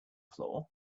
floor